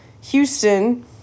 Houston